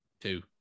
Two